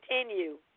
continue